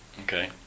Okay